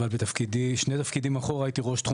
אבל שני תפקידים אחורה הייתי ראש תחום